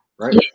right